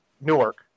Newark